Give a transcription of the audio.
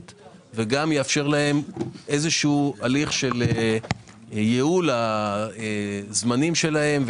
וגם יאפשר להם הליך של ייעול הזמנים שלהם.